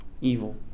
evil